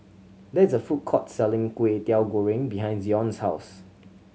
there is a food court selling Kway Teow Goreng behind Zion's house